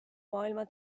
maailma